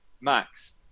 Max